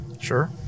Sure